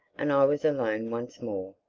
and i was alone once more.